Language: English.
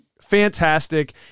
fantastic